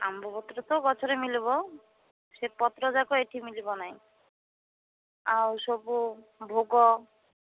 ଆମ୍ବପତ୍ର ତ ଗଛରେ ମିଳିବ ସେ ପତ୍ର ଯାକ ଏଠି ମିଳିବ ନାହିଁ ଆଉ ସବୁ ଭୋଗ